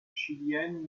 chilienne